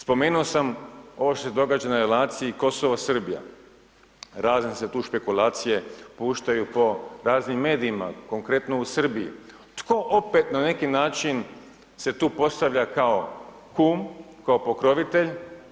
Spomenuo sam ovo što se događa na relaciji Kosovo Srbija, … špekulacije puštaju po raznim medijima, konkretno u Srbiji, tko opet na neki način se tu postavlja kao kum, kao pokrovitelj?